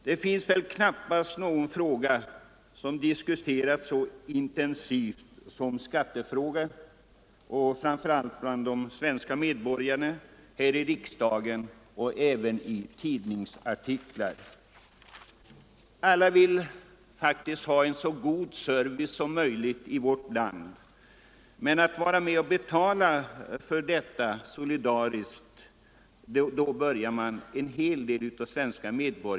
Det finns väl knappast några frågor som har diskuterats så intensivt som skattefrågorna, framför allt då av ledamöterna här i riksdagen och i pressen. Alla i vårt land vill ha en så god service som möjligt, men när det gäller att solidariskt vara med och betala för den servicen börjar en hel del av medborgarna att knorra.